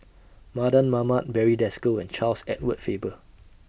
Mardan Mamat Barry Desker and Charles Edward Faber